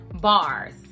bars